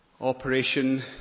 Operation